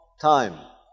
time